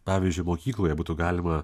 pavyzdžiui mokykloje būtų galima